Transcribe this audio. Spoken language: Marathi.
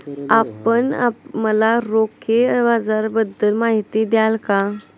आपण मला रोखे बाजाराबद्दल माहिती द्याल का?